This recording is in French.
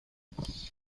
les